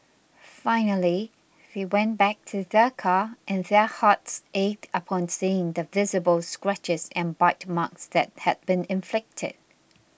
finally they went back to their car and their hearts ached upon seeing the visible scratches and bite marks that had been inflicted